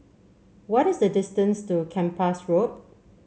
what is the distance to Kempas Road